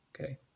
Okay